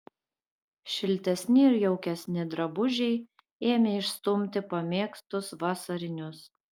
šiltesni ir jaukesni drabužiai ėmė išstumti pamėgtus vasarinius